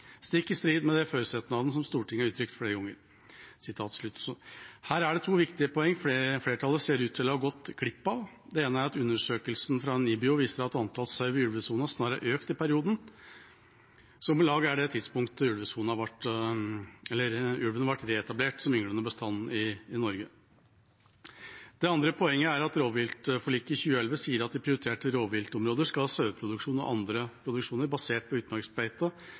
stikk i strid med dei føresetnadene som Stortinget har uttrykt fleire gonger». Her er det to viktige poenger flertallet ser ut til å ha gått glipp av. Det ene er at undersøkelsen fra NIBIO viser at antall sauer i ulvesonen snarere er økt i perioden, som om lag er det tidspunktet ulven ble reetablert som ynglende bestand i Norge. Det andre poenget er at rovviltforliket i 2011 sier: «I prioriterte rovviltområder skal saueproduksjon og andre produksjoner basert på utmarksbeite